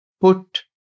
put